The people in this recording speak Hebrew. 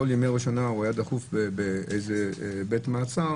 בכל ראש השנה הוא היה דחוף באיזה בית מעצר